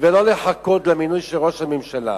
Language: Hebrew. ולא לחכות למינוי של ראש הממשלה.